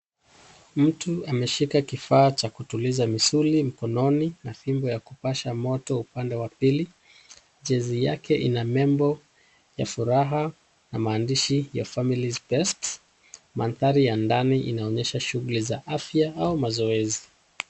Mtu ameshika kifaa cha kutuliza misuli mkononi na fimbo ya kupasha moto. Upande wa pili jezi yake ina nembo ya furaha na maandishi family is best .Mandhari ya ndani inaonyesha shughuli za afya au mazoezi.